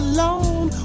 Alone